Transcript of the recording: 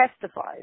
testifies